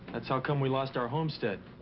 that's how come we lost our homestead.